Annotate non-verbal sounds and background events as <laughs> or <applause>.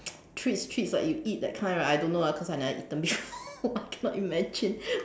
treats treats like you eat that kind right I don't know because I never eaten before <laughs> I cannot imagine